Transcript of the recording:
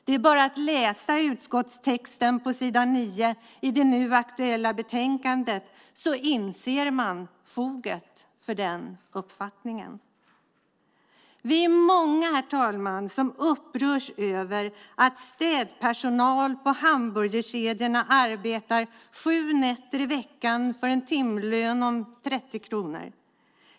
Det är bara att läsa utskottstexten på s. 9 i det nu aktuella betänkandet så inser man att det finns fog för den uppfattningen. Vi är många, herr talman, som upprörs över att städpersonal på hamburgerkedjorna arbetar sju nätter i veckan för en timlön på 30 kronor.